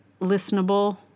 listenable